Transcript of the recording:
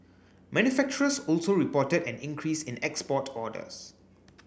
manufacturers also reported an increase in export orders